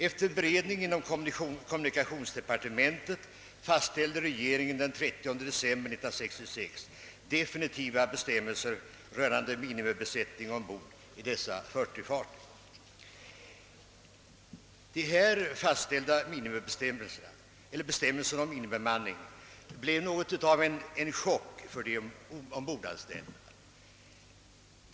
Efter beredning inom kommunikationsdepartementet fastställde regeringen den 30 december 1966 definitiva bestämmelser rörande minimibesättning ombord på dessa 40 fartyg. De fastställda bestämmelserna om minimibemanning blev något av en chock för de ombordanställda.